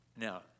Now